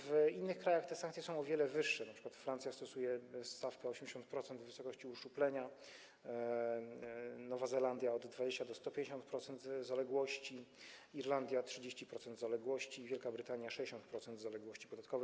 W innych krajach te sankcje są o wiele wyższe, np. Francja stosuje stawkę 80% wysokości uszczuplenia, Nowa Zelandia - od 20% do 150% zaległości, Irlandia - 30% zaległości, Wielka Brytania - 60% zaległości podatkowej.